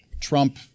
Trump